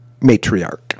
matriarch